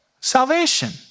salvation